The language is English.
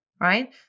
Right